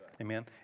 Amen